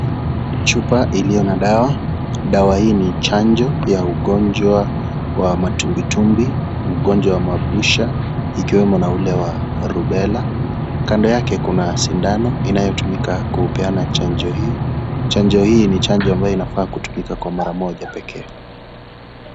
Chupa iliyo na dawa. Dawa hii ni chanjo ya ugonjwa wa matumbwitumwi, ugonjwa wa mabusha, ikiwemo na ule wa rubela. Kando yake kuna sindano inayotumika kupeana chanjo hiyo. Chanjo hii ni chanjo ambayo inafaa kutumika kwa mara moja pekee.